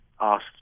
asked